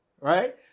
Right